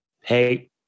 hey